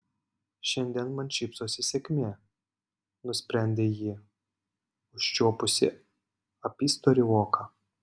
šiandien man šypsosi sėkmė nusprendė ji užčiuopusi apystorį voką